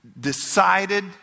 decided